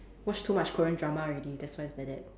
watch too much Korean drama already that's why it's like that